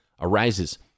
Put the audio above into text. arises